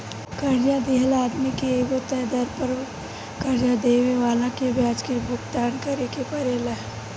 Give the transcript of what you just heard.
कर्जा लिहल आदमी के एगो तय दर पर कर्जा देवे वाला के ब्याज के भुगतान करेके परेला